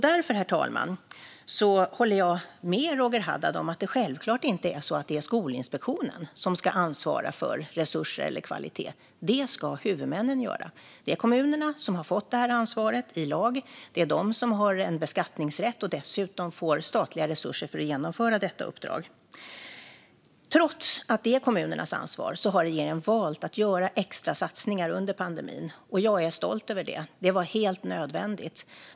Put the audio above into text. Därför, herr talman, håller jag med Roger Haddad om att det självklart inte är Skolinspektionen som ska ansvara för resurser eller kvalitet. Det ska huvudmännen göra. Det är kommunerna som har fått det här ansvaret i lag. Det är de som har en beskattningsrätt och som dessutom får statliga resurser för att genomföra uppdraget. Trots att det är kommunernas ansvar har regeringen valt att göra extra satsningar under pandemin. Jag är stolt över det. Det var helt nödvändigt.